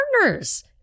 partners